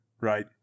right